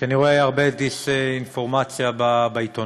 כי אני רואה הרבה דיסאינפורמציה בעיתונות.